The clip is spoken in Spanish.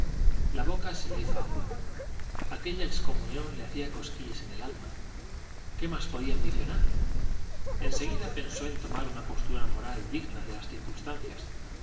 la boca se le hizo agua aquella excomunión le hacía cosquillas en el alma qué más podía ambicionar en seguida pensó en tomar una postura moral digna de las circunstancias